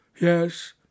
Yes